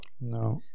No